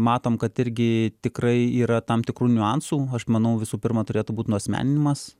matom kad irgi tikrai yra tam tikrų niuansų aš manau visų pirma turėtų būt nuasmeninimas